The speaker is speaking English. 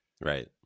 Right